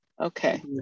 Okay